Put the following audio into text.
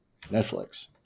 Netflix